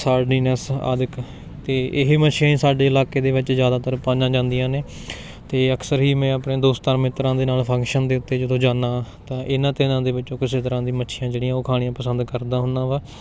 sardines ਆਦਿ ਅਤੇ ਇਹ ਮੱਛੀਆਂ ਸਾਡੇ ਇਲਾਕੇ ਦੇ ਵਿੱਚ ਜ਼ਿਆਦਾਤਰ ਪਾਈਆਂ ਜਾਂਦਿਆਂ ਨੇ ਅਤੇ ਅਕਸਰ ਹੀ ਮੈਂ ਆਪਣੇ ਦੋਸਤਾਂ ਮਿੱਤਰਾਂ ਦੇ ਨਾਲ ਫੰਕਸ਼ਨ ਦੇ ਉੱਤੇ ਜਦੋਂ ਜਾਂਦਾ ਤਾਂ ਇਹਨਾਂ ਤਿੰਨਾਂ ਦੇ ਵਿੱਚੋਂ ਕਿਸੇ ਤਰ੍ਹਾਂ ਦੀਆਂ ਮੱਛੀਆਂ ਜਿਹੜੀਆਂ ਉਹ ਖਾਣੀਆਂ ਪਸੰਦ ਕਰਦਾ ਹੁੰਦਾ ਵਾ